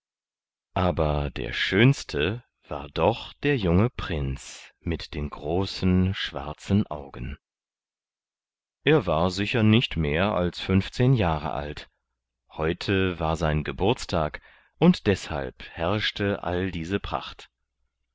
aber der schönste war doch der junge prinz mit den großen schwarzen augen er war sicher nicht mehr als fünfzehn jahre alt heute war sein geburtstag und deshalb herrschte all diese pracht